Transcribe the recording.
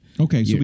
Okay